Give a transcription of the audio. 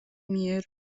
მიერ